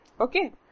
Okay